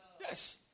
Yes